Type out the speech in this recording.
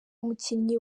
umukinnyi